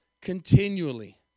continually